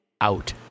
out